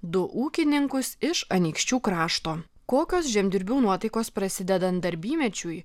du ūkininkus iš anykščių krašto kokios žemdirbių nuotaikos prasidedant darbymečiui